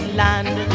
land